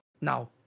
Now